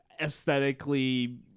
aesthetically